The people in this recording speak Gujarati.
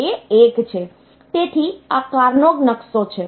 તેથી આ કાર્નોગ નકશો છે